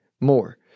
more